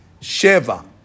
Sheva